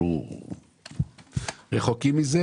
אנחנו רחוקים מזה.